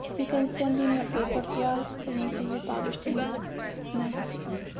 you can send in your paper to us and it will be published in these magazines.